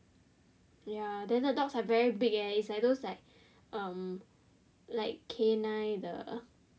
ya then the other dog is like very big leh it's like those um like K nine the